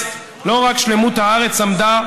לא רק שלמות הארץ עמדה,